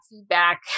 feedback